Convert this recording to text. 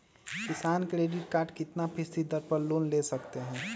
किसान credit card कितना फीसदी दर पर लोन ले सकते हैं?